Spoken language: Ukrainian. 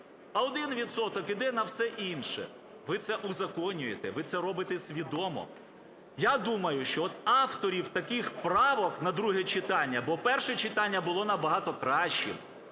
а 1 відсоток іде на все інше. Ви це узаконюєте. Ви це робите свідомо. Я думаю, що авторів таких правок на друге читання, бо перше читання було набагато краще,